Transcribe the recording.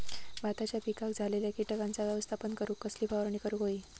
भाताच्या पिकांक झालेल्या किटकांचा व्यवस्थापन करूक कसली फवारणी करूक होई?